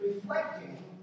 reflecting